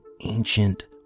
ancient